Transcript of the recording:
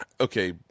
okay